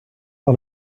par